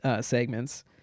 segments